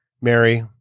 Mary